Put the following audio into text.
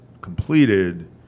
completed